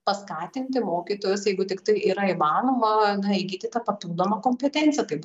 paskatinti mokytojus jeigu tiktai yra įmanoma nueikit į tą papildomą kompetenciją kaip